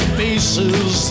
faces